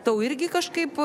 tau irgi kažkaip